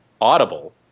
Audible